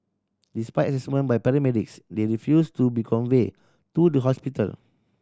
despite assessment by paramedics they refused to be conveyed to the hospital